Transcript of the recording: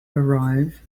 arrive